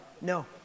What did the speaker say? no